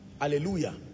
hallelujah